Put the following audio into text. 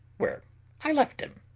where i left him.